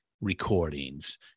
recordings